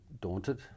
Daunted